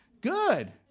good